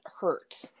hurt